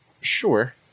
Sure